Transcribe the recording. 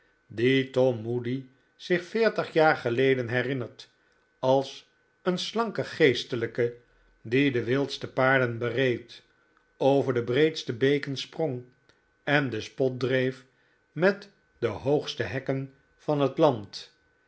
tom moody zich veertig jaar geleden herinnert als een slanken geestelijke die de wildste paarden bereed over de breedste beken sprong en den spot dreef met de hoogste hekken van het land